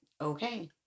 okay